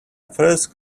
first